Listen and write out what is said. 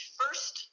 first